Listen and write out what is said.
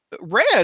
red